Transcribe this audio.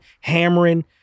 hammering